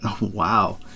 Wow